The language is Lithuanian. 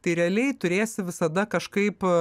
tai realiai turėsi visada kažkaip